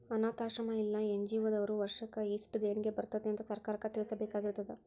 ಅನ್ನಾಥಾಶ್ರಮ್ಮಾ ಇಲ್ಲಾ ಎನ್.ಜಿ.ಒ ದವ್ರು ವರ್ಷಕ್ ಯೆಸ್ಟ್ ದೇಣಿಗಿ ಬರ್ತೇತಿ ಅಂತ್ ಸರ್ಕಾರಕ್ಕ್ ತಿಳ್ಸಬೇಕಾಗಿರ್ತದ